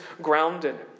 grounded